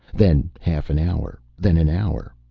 then half an hour, then an hour.